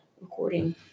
recording